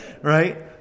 right